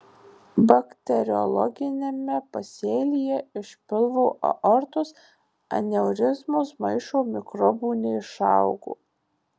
bakteriologiniame pasėlyje iš pilvo aortos aneurizmos maišo mikrobų neišaugo